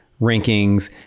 rankings